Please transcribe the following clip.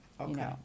Okay